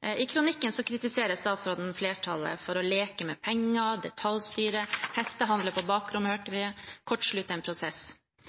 I kronikken kritiserer statsråden flertallet for å leke med penger, detaljstyre, hestehandle på bakrommet, hørte vi, kortslutte en prosess.